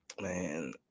Man